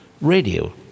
radio